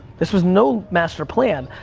this was no master plan,